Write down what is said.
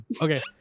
Okay